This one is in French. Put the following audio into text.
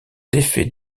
défait